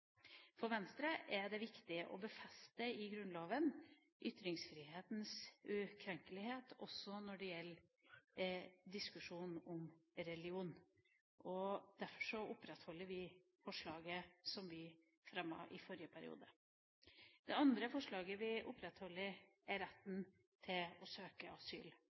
For Venstre er det viktig å befeste i Grunnloven ytringsfrihetens ukrenkelighet, også når det gjelder diskusjonen om religion. Derfor opprettholder vi forslaget som vi fremmet i forrige periode. Det andre forslaget vi opprettholder, er retten til å søke asyl.